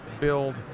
build